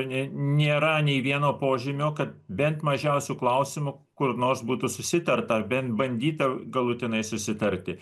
ne nėra nei vieno požymio kad bent mažiausiu klausimu kur nors būtų susitarta bent bandyta galutinai susitarti